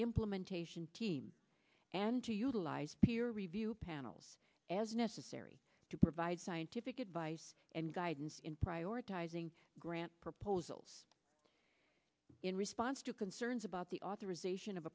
implementation team and to utilize peer review panels as necessary to provide scientific advice and guidance in prioritising grant proposals in response to concerns about the authorization of